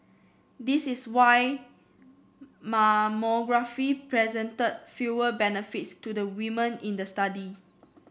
this is why mammography presented fewer benefits to the women in the study